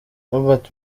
robert